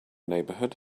neighborhood